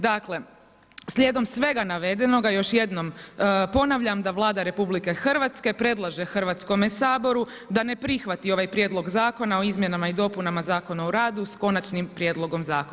Dakle, slijedom svega navedenoga, još jednom ponavljam da Vlada RH predlaže Hrvatskome saboru da ne prihvati ovaj prijedlog zakona o izmjenama i dopunama Zakona o radu s konačnim prijedlogom zakona.